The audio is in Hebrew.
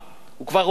אני פניתי,